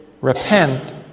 Repent